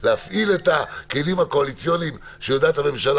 להפעיל את הכלים הקואליציוניים שיודעת הממשלה